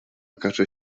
okaże